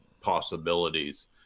possibilities